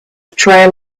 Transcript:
trail